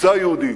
קבוצה יהודית,